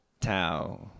Tao